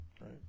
Right